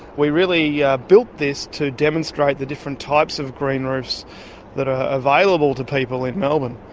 we really yeah built this to demonstrate the different types of green roofs that are available to people in melbourne.